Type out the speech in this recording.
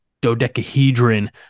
dodecahedron